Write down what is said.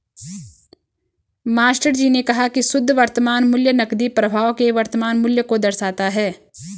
मास्टरजी ने कहा की शुद्ध वर्तमान मूल्य नकदी प्रवाह के वर्तमान मूल्य को दर्शाता है